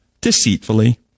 deceitfully